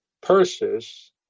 Persis